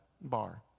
bar